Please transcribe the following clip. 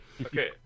okay